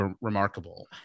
remarkable